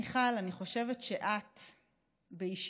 מיכל, אני חושבת שאת באישיותך,